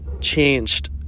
changed